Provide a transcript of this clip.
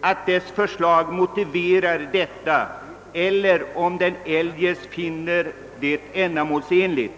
att dess förslag motiverar detta eller om den eljest finner det ändamålsenligt.